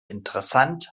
interessant